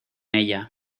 ella